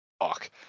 Fuck